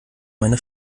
meine